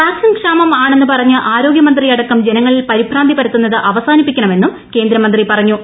vaccine ക്ഷാമം ആണെന്ന് പറഞ്ഞ് ആരോഗൃമന്ത്രിയടക്കം ജനങ്ങളിൽ പരിഭ്രാന്തി പരത്തുന്നത് അവസാനിപ്പിക്കണമെന്നും കേന്ദ്രമന്ത്രി പറഞ്ഞു